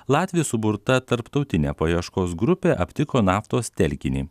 latvių suburta tarptautinė paieškos grupė aptiko naftos telkinį